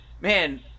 man